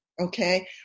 Okay